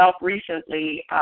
recently